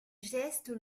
geste